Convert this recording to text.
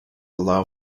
allow